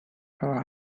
her